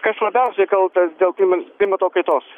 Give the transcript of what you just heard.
kas labiausiai kaltas dėl klim klimato kaitos